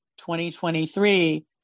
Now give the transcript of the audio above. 2023